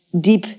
deep